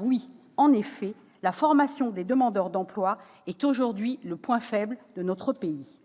oui, la formation des demandeurs d'emploi est aujourd'hui le point faible de notre pays.